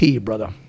brother